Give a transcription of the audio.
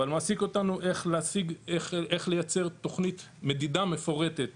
איך לייצר תוכנית מדידה מפורטת